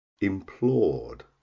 Implored